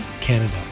Canada